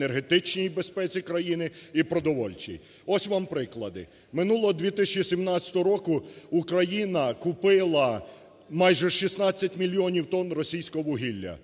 –енергетичній безпеці країни і продовольчій. Ось вам приклади. Минулого 2017 року Україна купила майже 16 мільйонів тонн російського вугілля,